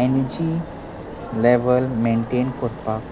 energy level maintain करपाक